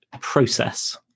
process